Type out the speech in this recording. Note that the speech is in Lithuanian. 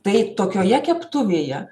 tai tokioje keptuvėje